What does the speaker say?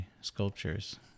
sculptures